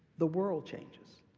the world changes.